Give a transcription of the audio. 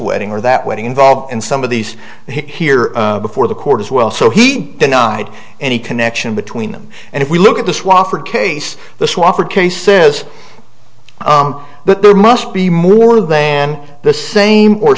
wedding or that wedding involved in some of these here before the court as well so he denied any connection between them and if we look at the swofford case the swofford case is but there must be more then the same or